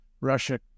Russia